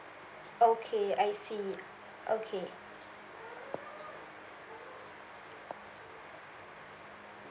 okay I see okay